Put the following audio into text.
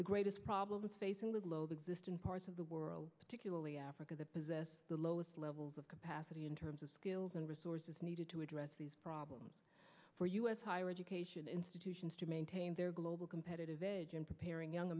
the greatest problems facing the globe exist in parts of the world particularly africa that possess the lowest levels of capacity in terms of skills and resources needed to address these problems for us higher education institutions to maintain their global competitive preparing young